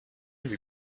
lui